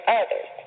others